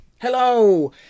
Hello